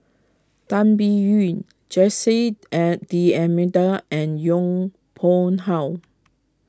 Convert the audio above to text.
Tan Biyun Jose at D'Almeida and Yong Pung How